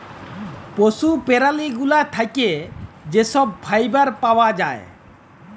পশু প্যারালি গুলা থ্যাকে যে ছব ফাইবার পাউয়া যায়